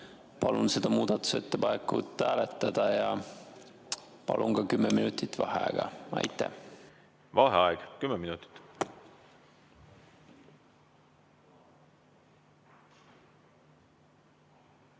palun seda muudatusettepanekut hääletada ja palun ka kümme minutit vaheaega. Aitäh! Vaheaeg kümme minutit.V